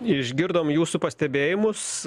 išgirdom jūsų pastebėjimus